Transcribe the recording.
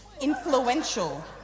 influential